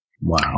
Wow